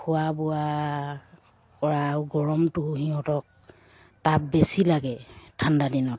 খোৱা বোৱা কৰা আৰু গৰমটো সিহঁতক তাপ বেছি লাগে ঠাণ্ডাদিনত